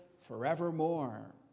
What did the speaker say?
forevermore